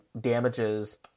damages